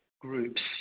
groups